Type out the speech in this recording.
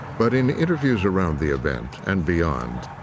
but in interviews around the event and beyond,